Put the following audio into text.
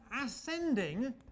ascending